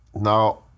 now